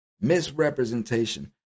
Misrepresentation